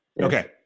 okay